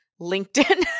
LinkedIn